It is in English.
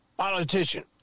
politician